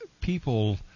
people